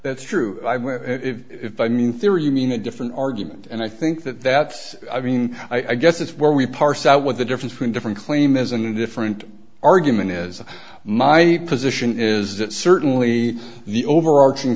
that's true if i mean theory you mean a different argument and i think that that's i mean i guess that's where we parse out what the difference between different claim is and different argument is my position is that certainly the overarching